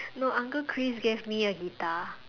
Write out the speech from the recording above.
no uncle Chris gave me a guitar